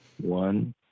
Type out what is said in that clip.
One